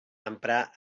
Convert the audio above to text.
emprar